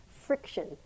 friction